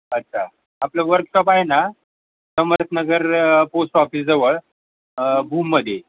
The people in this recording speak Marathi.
अच्छा आपलं वर्कशॉप आहे ना समर्थनगर पोस्ट ऑफिजवळ भूममध्ये